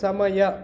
ಸಮಯ